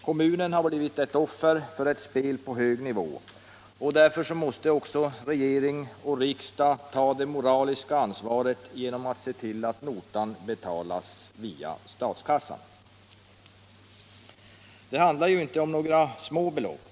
Kommunen har blivit ett offer för ett spel på hög nivå. Därför måste också regering och riksdag ta det moraliska ansvaret genom att se till att notan betalas via statskassan. Det handlar inte om några små belopp.